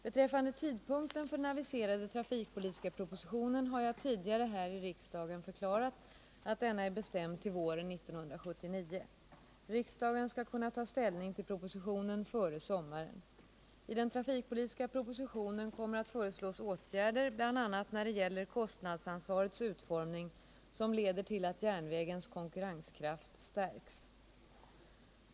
Beträffande tidpunkten för den aviserade trafikpolitiska propositionen har jag tidigare här i riksdagen förklarat att denna är bestämd till våren 1979. Riksdagen skall kunna ta ställning till propositionen före sommaren. I den trafikpolitiska propositionen kommer att föreslås åtgärder bl.a. när det gäller kostnadsansvarets utformning som leder till att järnvägens konkurrenskraft stärks.